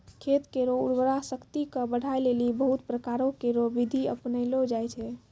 खेत केरो उर्वरा शक्ति क बढ़ाय लेलि बहुत प्रकारो केरो बिधि अपनैलो जाय छै